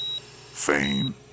fame